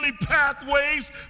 pathways